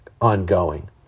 ongoing